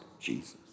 Jesus